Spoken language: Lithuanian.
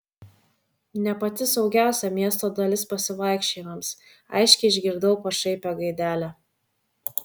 ne pati saugiausia miesto dalis pasivaikščiojimams aiškiai išgirdau pašaipią gaidelę